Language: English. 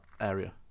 area